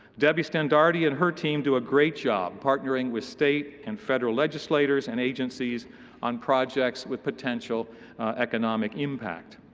debbie stendardi and her team do a great job partnering with state and federal legislators and agencies on projects with potential economic impact.